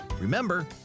Remember